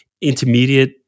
intermediate